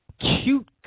cute